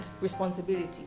responsibility